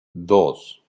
dos